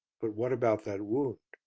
but what about that wound?